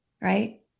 right